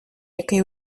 який